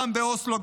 גם באוסלו,